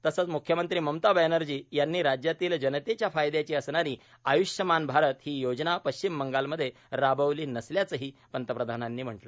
तसंच मुख्यमंत्री ममता बॅनर्जी यांनी राज्यातील जनतेच्या फायदयाची असणारी आयुष्यमान भारत ही योजना पश्चिम बंगालमध्ये राबविली नसल्याचं पंतप्रधानांनी म्हटलं